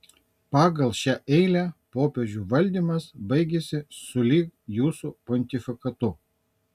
pagal šią eilę popiežių valdymas baigiasi sulig jūsų pontifikatu